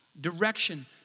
Direction